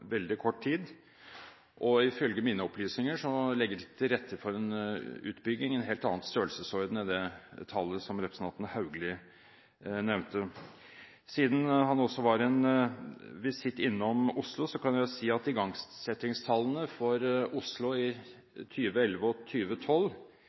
veldig kort tid, og ifølge mine opplysninger legger de til rette for en utbygging i en helt annen størrelsesorden enn det tallet representanten Haugli nevnte. Siden han også var en visitt innom Oslo, kan jeg jo si at igangsettingstallene for Oslo